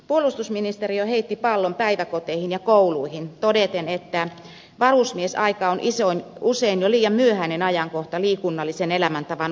puolustusministeri heitti pallon päiväkoteihin ja kouluihin todeten että varusmiesaika on usein jo liian myöhäinen ajankohta liikunnallisen elämäntavan omaksumiseen